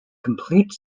complete